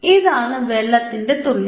ഇതാണ് വെള്ളത്തിൻറെ തുള്ളി